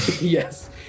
yes